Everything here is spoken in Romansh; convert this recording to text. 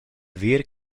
ver